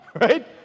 Right